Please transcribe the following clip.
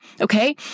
okay